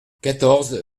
quatorze